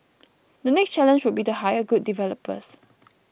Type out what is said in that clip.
the next challenge would be to hire good developers